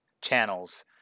channels